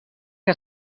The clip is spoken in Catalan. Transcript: que